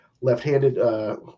Left-handed